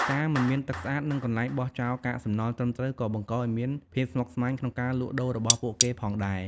ការមិនមានទឹកស្អាត និងកន្លែងបោះចោលកាកសំណល់ត្រឹមត្រូវក៏បង្កឱ្យមានមានភាពស្មុគស្មាញក្នុងការលក់ដូររបស់ពួកគេផងដែរ។